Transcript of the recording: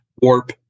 warp